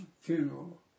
funeral